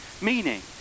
meaning